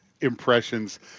impressions